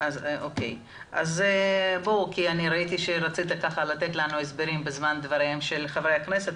ראיתי שרצית לתת לנו הסברים בזמן דבריהם של חברי הכנסת,